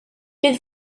bydd